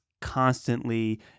constantly